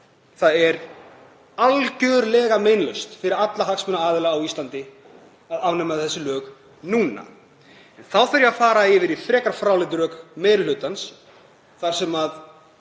það er algerlega meinlaust fyrir alla hagsmunaaðila á Íslandi að afnema þessi lög núna. Þá þarf ég að fara yfir í frekar fráleit rök meiri hlutans þar sem